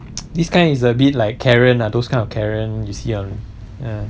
this kind is a bit like karen lah those kind of karen you see online